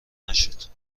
نشد